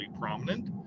prominent